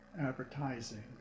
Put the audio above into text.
advertising